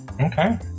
Okay